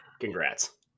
Congrats